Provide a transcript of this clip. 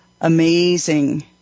amazing